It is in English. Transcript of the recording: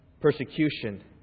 persecution